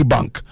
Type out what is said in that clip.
Bank